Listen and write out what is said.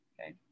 okay